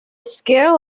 skill